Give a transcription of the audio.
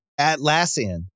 Atlassian